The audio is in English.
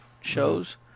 shows